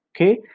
okay